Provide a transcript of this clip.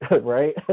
right